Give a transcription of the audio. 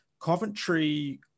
Coventry